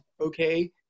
Okay